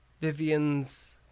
Vivian's